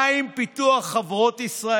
מה עם פיתוח חברות ישראליות?